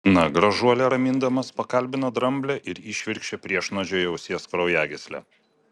na gražuole ramindamas pakalbino dramblę ir įšvirkštė priešnuodžio į ausies kraujagyslę